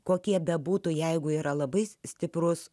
kokie bebūtų jeigu yra labai stiprus